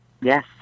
Yes